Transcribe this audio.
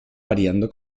variando